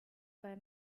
bei